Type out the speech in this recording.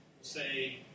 say